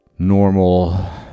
normal